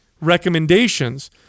recommendations